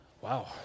Wow